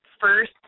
first